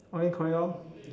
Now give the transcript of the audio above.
orh then correct lor